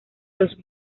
los